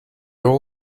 all